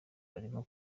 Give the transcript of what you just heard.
barimo